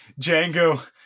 Django